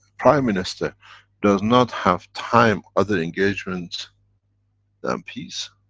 prime minister does not have time other engagements then peace.